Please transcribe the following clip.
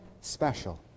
special